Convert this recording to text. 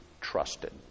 trusted